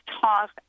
talk